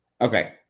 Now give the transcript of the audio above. Okay